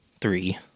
three